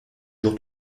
jours